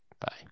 Bye